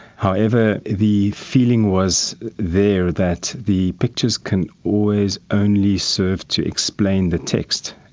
however, the feeling was there that the pictures can always only serve to explain the text,